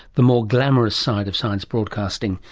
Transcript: the more glamorous side of science broadcasting.